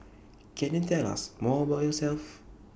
can you tell us more about yourself